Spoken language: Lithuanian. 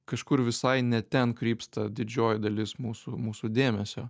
kažkur visai ne ten krypsta didžioji dalis mūsų mūsų dėmesio